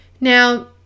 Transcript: Now